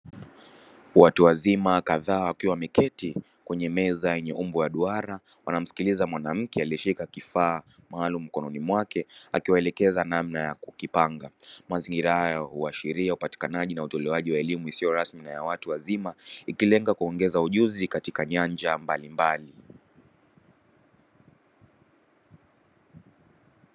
Watu wazima kadhaa wakiwa wameketi kwenye meza yenye umbo la duara wanamsikiliza mwanamke aliyeshika kifaa maalumu mkononi mwake akiwaelekeza namna ya kukipanga. Mazingira haya huashiria upatikanaji na utolewaji wa elimu isiyo rasmi na ya watu wazima ikilenga kuongeza ujuzi katika nyanja mbalimbali.